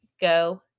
go